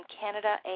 Canada